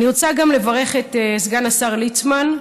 אני רוצה גם לברך את סגן השר ליצמן.